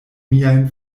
miajn